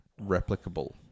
replicable